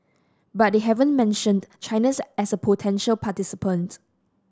but they haven't mentioned China's as a potential participant